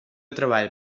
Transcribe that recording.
treball